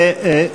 תודה.